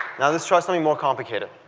now let's try something more complicated.